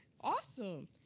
Awesome